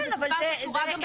קיימת מצוקה שקשורה גם בתקצוב.